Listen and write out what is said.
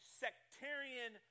sectarian